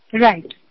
Right